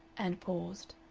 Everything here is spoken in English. and paused.